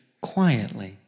quietly